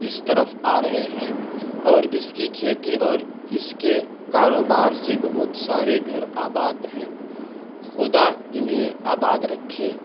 اس طرف آ رہے ہیں اور اس کی کھیتی اور اس کے کاروبار سے بہت سارے گھر آباد ہیں خدا انہیں آباد رکھے